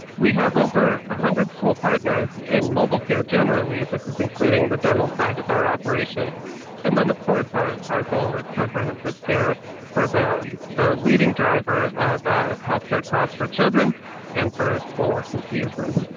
we have over one ah hundred school partners in mobile care generally this is including the dental side of our operation and then of course our our goal is comprehensive care for the the leading driver of ah health care costs for children and for school absenteeism.